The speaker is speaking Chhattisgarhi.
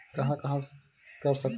कहां कहां कर सकथन?